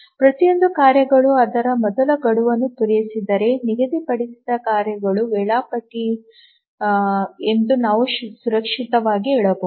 ಪ್ರತಿಯೊಂದು ಕಾರ್ಯಗಳು ಅದರ ಮೊದಲ ಗಡುವನ್ನು ಪೂರೈಸಿದರೆ ನಿಗದಿಪಡಿಸಿದ ಕಾರ್ಯಗಳು ವೇಳಾಪಟ್ಟಿ ಎಂದು ನಾವು ಸುರಕ್ಷಿತವಾಗಿ ಹೇಳಬಹುದು